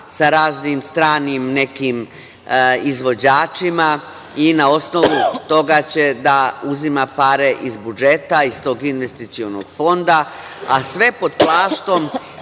sa raznim stranim nekim izvođačima i na osnovu toga će da uzima pare iz budžeta, iz tog Investicionog fonda, a sve pod plaštom